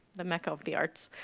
the mecca of the arts,